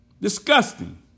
Disgusting